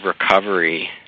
recovery